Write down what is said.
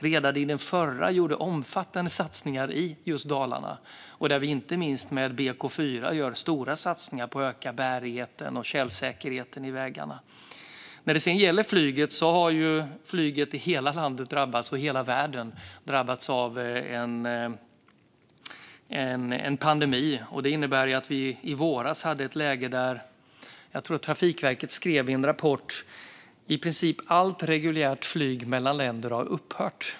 Redan i den förra gjorde vi omfattande satsningar i just Dalarna, och inte minst med BK4 gör vi nu stora satsningar på att öka bärigheten och tjälsäkerheten i vägarna. När det sedan gäller flyget har ju hela landet och hela världen drabbats av en pandemi. I våras hade vi ett läge där, som jag tror att Trafikverket skrev i en rapport, i princip allt reguljärt flyg mellan länder hade upphört.